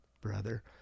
brother